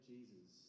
Jesus